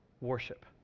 worship